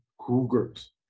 Cougars